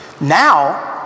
Now